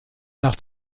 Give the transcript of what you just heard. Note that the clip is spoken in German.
nach